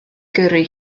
gyrru